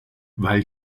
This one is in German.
weil